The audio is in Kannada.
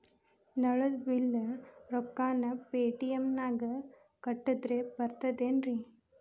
ನಳದ್ ಬಿಲ್ ರೊಕ್ಕನಾ ಪೇಟಿಎಂ ನಾಗ ಕಟ್ಟದ್ರೆ ಬರ್ತಾದೇನ್ರಿ?